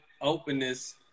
openness